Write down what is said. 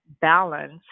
balance